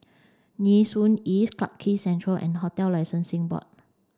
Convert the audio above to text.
Nee Soon East Clarke Quay Central and Hotel Licensing Board